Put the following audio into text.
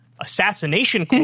assassination